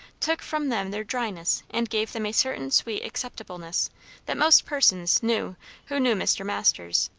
took from them their dryness and gave them a certain sweet acceptableness that most persons knew who knew mr. masters.